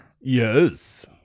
Yes